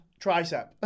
tricep